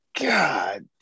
God